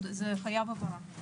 זה חייב הבהרה.